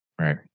Right